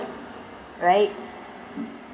right